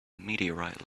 meteorite